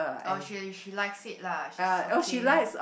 oh she she likes it lah she's okay